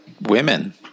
women